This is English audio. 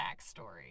backstory